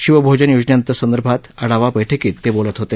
शिवभोजन योजनेसंदर्भात आढावा बैठकीत ते बोलत होते